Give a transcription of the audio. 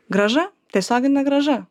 grąža tiesiogine grąža